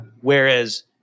Whereas